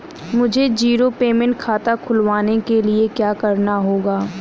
मुझे zero payment खाता खुलवाने के लिए क्या करना होगा?